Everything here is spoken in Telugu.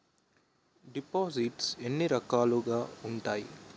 దిపోసిస్ట్స్ ఎన్ని రకాలుగా ఉన్నాయి?